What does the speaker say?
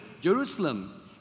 Jerusalem